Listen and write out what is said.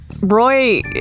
Roy